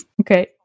Okay